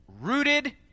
rooted